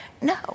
No